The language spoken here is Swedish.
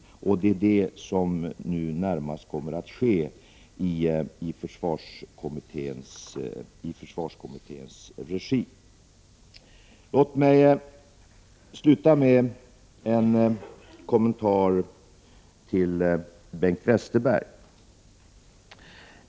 Att gå igenom underlaget är också vad som nu kommer att göras i försvarskommitténs regi. — Prot. 1988/89:20 Låt mig avsluta mitt inlägg med en kommentar till Bengt Westerberg.